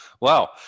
Wow